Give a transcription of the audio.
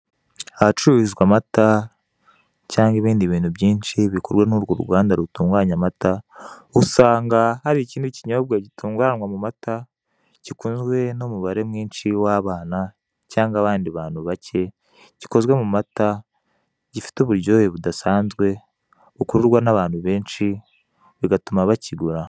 Ahacururizwa amata, cyangwa ibindi bintu byishi bikorwa n'urwo ruganda rutunganya amata, usanga hari ikindi kinyobwa gitunganywa mu mata gikunzwe n'umubare mwinshi w'abana, cyangwa abandi bantu bake, gikozwe mu mata, gifite uburyohe budasanzwe bukururwa n'abantu benshi, bigatuma bakigura.